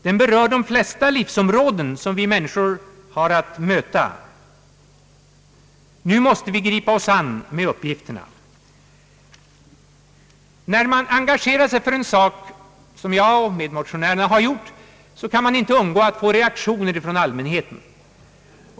Den berör de flesta livsområden som vi människor har att möta. Nu måste vi gripa oss an med uppgifterna. När man engagerar sig för en sak som jag och medmotionärerna har gjort, kan man inte undgå att få reaktioner från allmänheten.